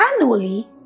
annually